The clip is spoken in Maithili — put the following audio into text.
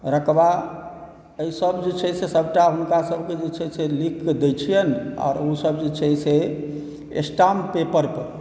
रकवा एहि सभ जे छै से सभटा हुनका सभके जे चाही से लिखकऽ दै छियनि आर ओ सभ जे छै से स्टाम्पपेपर पर